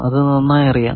അത് നന്നായി അറിയാം